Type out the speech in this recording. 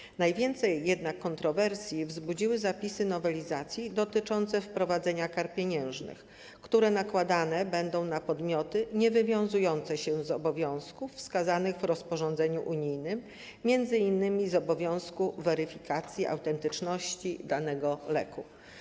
Jednak najwięcej kontrowersji wzbudziły zapisy nowelizacji dotyczące wprowadzenia kar pieniężnych, które nakładane będą na podmioty niewywiązujące się z obowiązków wskazanych w rozporządzeniu unijnym, m.in. z obowiązku weryfikacji autentyczności danego leku.